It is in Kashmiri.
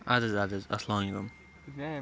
اَد حٕظ اَد حٕظ اَسَلامُ علیکُم